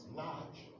large